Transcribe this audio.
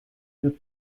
wir